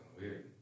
weird